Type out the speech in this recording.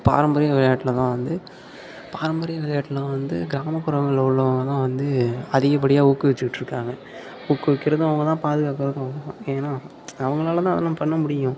பாரம்பரிய விளையாட்டில் தான் வந்து பாரம்பரிய விளையாட்டெலாம் வந்து கிராமப்புறங்களில் உள்ளவங்கள் தான் வந்து அதிகப்படியாக ஊக்குவிச்சுட்ருக்காங்க ஊக்குவிக்கிறதும் அவங்கதான் பாதுகாக்கிறதும் அவங்கதான் ஏனால் அவங்களாலதான் அதெலாம் பண்ணமுடியும்